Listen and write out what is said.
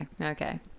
okay